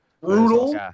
Brutal